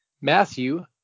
Matthew